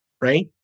Right